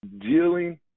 dealing